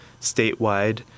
statewide